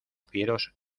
fieros